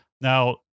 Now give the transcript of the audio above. Now